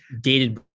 dated